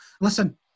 Listen